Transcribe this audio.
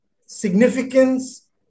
significance